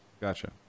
Gotcha